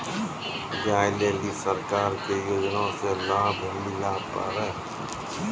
गाय ले ली सरकार के योजना से लाभ मिला पर?